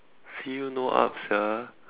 feel no up sia